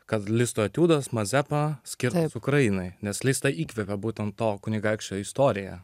kad listo etiudas mazepa skirtas ukrainai nes listą įkvėpė būtent to kunigaikščio istorija